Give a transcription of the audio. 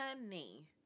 honey